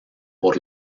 por